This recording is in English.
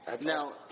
Now